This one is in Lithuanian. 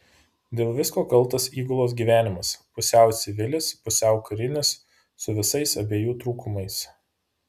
dėl visko kaltas įgulos gyvenimas pusiau civilis pusiau karinis su visais abiejų trūkumais